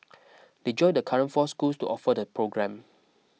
they join the current four schools to offer the programme